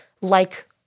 like-